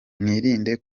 mwirinde